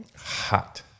Hot